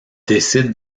décident